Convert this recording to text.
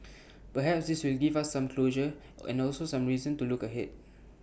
perhaps this will give us some closure and also reason to look ahead